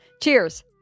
Cheers